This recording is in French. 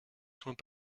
soins